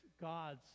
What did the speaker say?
God's